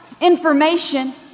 information